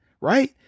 Right